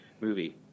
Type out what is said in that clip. movie